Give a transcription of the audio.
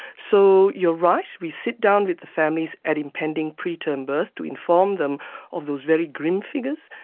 so you're right, we sit down with the families at impending preterm birth to inform them of those very grim figures,